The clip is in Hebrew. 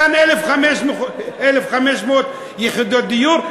כאן 1,500 יחידות דיור,